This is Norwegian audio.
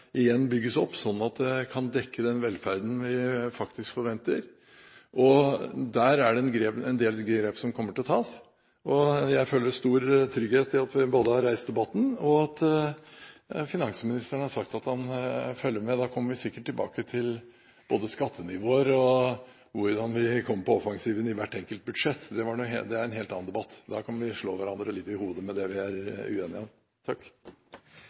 opp igjen verdiskapingsgrunnlaget, slik at det kan dekke den velferden vi faktisk forventer. Der er det en del grep som kommer til å bli tatt. Jeg føler stor trygghet ved at vi både har reist debatten og at finansministeren har sagt at han følger med. Da kommer vi sikkert tilbake til både skattenivåer og hvordan vi skal komme på offensiven i hvert enkelt budsjett. Det er en helt annen debatt. Da kan vi slå hverandre litt i hodet med det vi er uenige om.